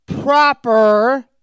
proper